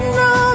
no